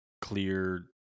clear